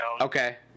Okay